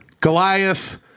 Goliath